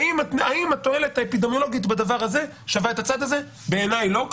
השאלה האם התועלת האפידמיולוגית בדבר הזה שווה את הצעד הזה ובעיניי לא.